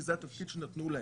כי זה התפקיד שנתנו להם,